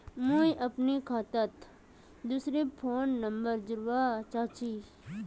मुई अपना खाता डात दूसरा फोन नंबर जोड़वा चाहची?